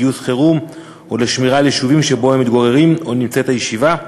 גיוס חירום ושמירה על יישובים שבהם הם מתגוררים או נמצאת הישיבה.